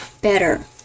better